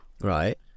right